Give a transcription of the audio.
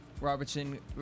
Robertson